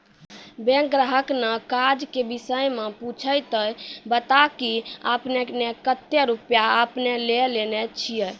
Bank ग्राहक ने काज के विषय मे पुछे ते बता की आपने ने कतो रुपिया आपने ने लेने छिए?